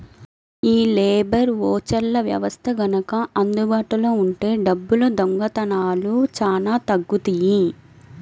యీ లేబర్ ఓచర్ల వ్యవస్థ గనక అందుబాటులో ఉంటే డబ్బుల దొంగతనాలు చానా తగ్గుతియ్యి